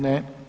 Ne.